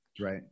Right